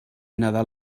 nadal